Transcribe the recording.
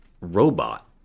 robot